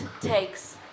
takes